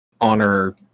honor